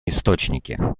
источники